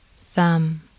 thumb